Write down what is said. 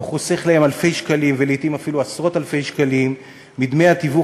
הוא חוסך להם אלפי שקלים ולעתים אפילו עשרות-אלפי שקלים מדמי התיווך